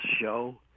show